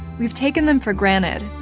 we've taken them for granted,